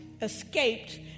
escaped